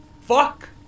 fuck